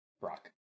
Brock